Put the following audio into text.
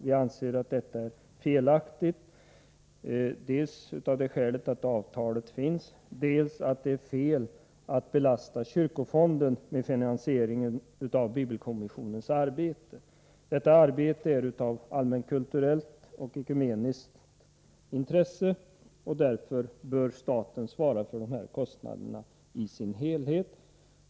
Vi anser att detta är felaktigt, dels av det skälet att avtalet finns, dels därför att det är fel att belasta kyrkofonden med finansieringen av bibelkommissionens arbete. Det arbetet är av allmänkulturellt och ekumeniskt intresse, och därför bör staten svara för kostnaden i dess helhet.